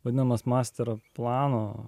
vadinamas mostaro plano